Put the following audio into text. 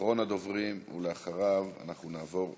הוא אחרון הדוברים, ואחריו נעבור להצבעות.